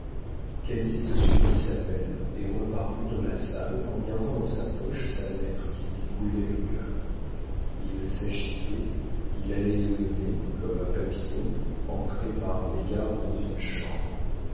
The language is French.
mariage calyste suivit sa mère et reparut dans la salle en gardant dans sa poche sa lettre qui lui brûlait le cœur il s'agitait il allait et venait comme un papillon entré par mégarde dans une chambre